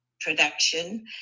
production